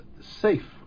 safe